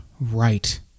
right